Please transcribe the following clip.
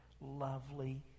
lovely